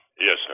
Yes